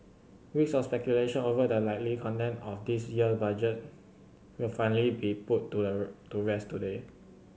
weeks of speculation over the likely content of this year Budget will finally be put to to rest today